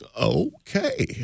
Okay